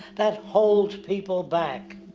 that holds people back.